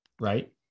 Right